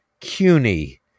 CUNY